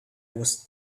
was